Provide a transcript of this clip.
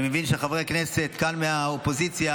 אני מבין שחברי כנסת כאן מהאופוזיציה